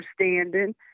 understanding